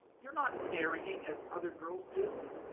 you are not marrying as other girls do